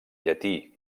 llatí